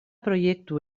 proiektu